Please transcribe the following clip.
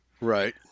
right